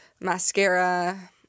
mascara